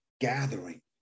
gathering